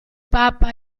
papa